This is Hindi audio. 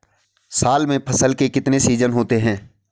साल में फसल के कितने सीजन होते हैं?